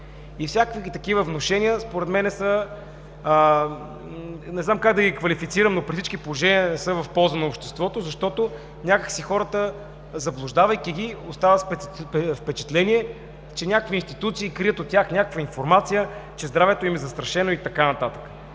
всякакви такива внушения – не знам как да ги квалифицирам, но при всички положения не са в полза на обществото, защото, някак си хората, заблуждавайки ги, остават с впечатление, че някакви институции крият от тях някаква информация, че здравето им е застрашено и така нататък.